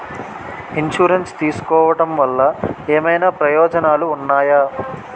Insurance తీసుకోవటం వల్ల ఏమైనా ప్రయోజనాలు ఉన్నాయా?